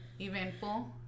eventful